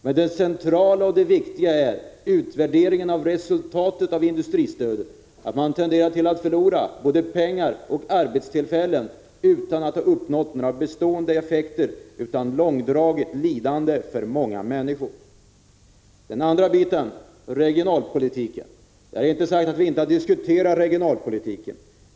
Men det centrala och viktiga är utvärderingen av resultatet av industristödet. Man förlorar både pengar och arbetstillfällen utan att ha uppnått några bestående effekter utan i stället ett långdraget lidande för många människor. Vidare har jag inte sagt att vi inte har diskuterat regionalpolitiken.